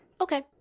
Okay